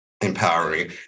empowering